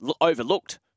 overlooked